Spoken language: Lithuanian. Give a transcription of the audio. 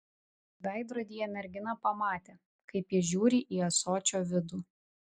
veidrodyje mergina pamatė kaip jis žiūri į ąsočio vidų